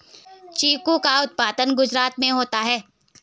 चीकू का उत्पादन गुजरात में होता है